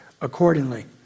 accordingly